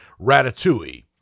Ratatouille